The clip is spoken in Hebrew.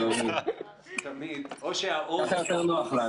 במשרד האוצר.